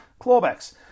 clawbacks